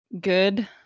good